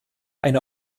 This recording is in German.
eine